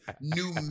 new